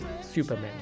Superman